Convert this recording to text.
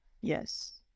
Yes